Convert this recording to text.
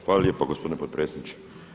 Hvala lijepa gospodine potpredsjedniče.